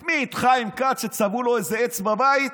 את מי, את חיים כץ, שצבעו לו איזה עץ בבית?